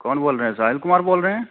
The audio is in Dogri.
कौन बोल रहें हैं साहिल कुमार बोल रहे हैं